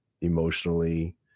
emotionally